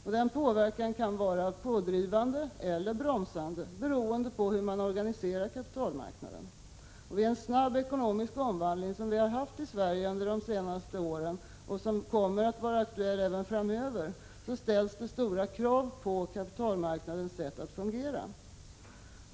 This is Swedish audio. Denna påverkan kan vara pådrivande eller bromsande, beroende på hur kapitalmarknaden organiseras. Vid en snabb ekonomisk omvandling, som vi har haft i Sverige under de senaste åren och som kommer att vara aktuell även framöver, ställs stora krav på kapitalmarknadens sätt att fungera.